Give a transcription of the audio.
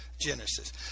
Genesis